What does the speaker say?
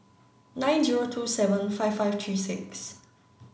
nine zero two seven five five three six